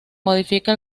modifica